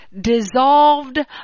Dissolved